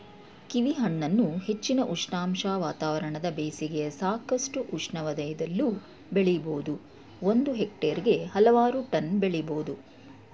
ಕೀವಿಹಣ್ಣನ್ನು ಹೆಚ್ಚಿನ ಉಷ್ಣಾಂಶ ವಾತಾವರಣದ ಬೇಸಿಗೆಯ ಸಾಕಷ್ಟು ಉಷ್ಣದಲ್ಲೂ ಬೆಳಿಬೋದು ಒಂದು ಹೆಕ್ಟೇರ್ಗೆ ಹಲವಾರು ಟನ್ ಬೆಳಿಬೋದು